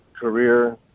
career